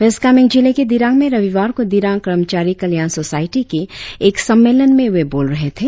waste Kameng जिले के दिरांग में रविवार को दिरांग कर्मचारी कल्याण सोसायटी के एक सम्मेलन में वे बोल रहे थे